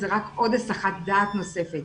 זה רק עוד הסחת דעת נוספת,